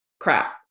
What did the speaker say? crap